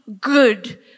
good